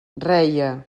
reia